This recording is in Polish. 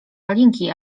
alinki